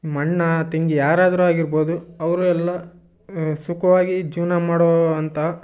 ನಿಮ್ಮ ಅಣ್ಣ ತಂಗಿ ಯಾರಾದ್ರೂ ಆಗಿರ್ಬೋದು ಅವರು ಎಲ್ಲ ಸುಖವಾಗಿ ಜೀವನ ಮಾಡೋ ಅಂಥ